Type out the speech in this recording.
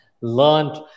learned